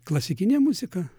klasikinė muzika